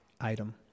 item